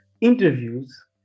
interviews